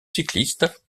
cycliste